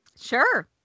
Sure